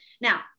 Now